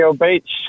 Beach